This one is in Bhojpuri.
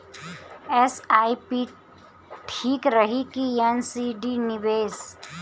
एस.आई.पी ठीक रही कि एन.सी.डी निवेश?